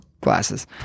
glasses